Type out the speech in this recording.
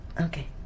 Okay